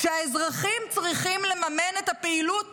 שהאזרחים צריכים לממן את הפעילות